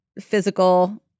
physical